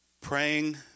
Praying